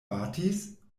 batis